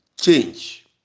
change